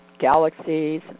Galaxies